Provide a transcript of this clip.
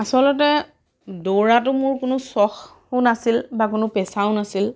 আচলতে দৌৰাটো মোৰ কোনো চখো নাছিল বা কোনো পেচাও নাছিল